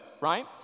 right